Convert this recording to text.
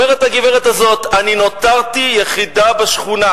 הגברת הזאת אומרת: אני נותרתי יחידה בשכונה.